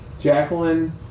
Jacqueline